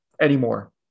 Anymore